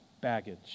baggage